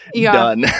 done